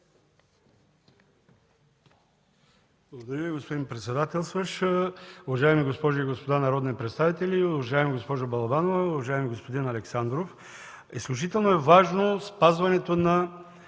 Благодаря Ви, господин председателстващ. Уважаеми госпожи и господа народни представители! Уважаема госпожо Балабанова, уважаеми господин Александров! Изключително важно е спазването